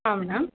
ಹಾಂ ಮೇಡಮ್